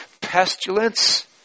pestilence